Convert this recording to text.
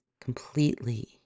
completely